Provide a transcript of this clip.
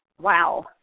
Wow